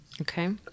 Okay